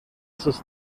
sus